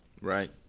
Right